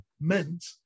meant